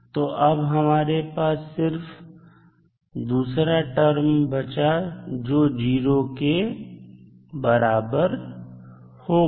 तो अब हमारे पास सिर्फ दूसरा टर्म बचा जो 0 के बराबर होगा